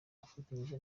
afatanyije